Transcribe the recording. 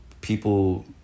people